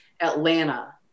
Atlanta